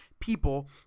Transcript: people